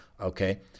okay